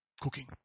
Cooking